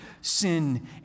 sin